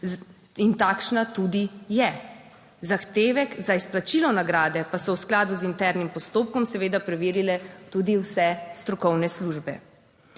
in takšna tudi je. Zahtevek za izplačilo nagrade pa so v skladu z internim postopkom seveda preverile tudi vse strokovne službe.